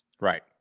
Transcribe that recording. Right